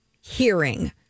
hearing